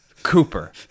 Cooper